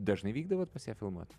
dažnai vykdavot pas ją filmuot